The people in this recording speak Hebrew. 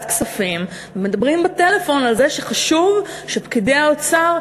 כספים ומדברים בטלפון על זה שחשוב שפקידי האוצר,